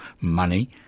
money